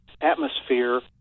atmosphere